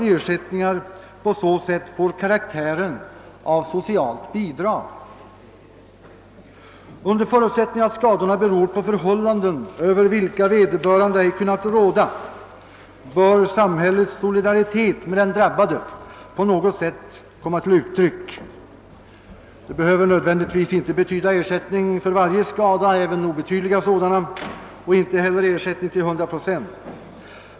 Ersättningarna får ju på det sättet karaktären av socialt bidrag. Under förutsättning att skadorna beror på förhållanden över vilka vederbörande inte kunnat råda bör samhällets solidaritet med den drabbade komma till uttryck på något sätt. Detta behöver inte nödvändigtvis betyda att ersättning lämnas för varje skada, alltså även för obetydliga sådana, och inte heller att man ger ersättning till 100 procent.